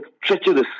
treacherous